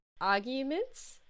arguments